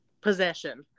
possession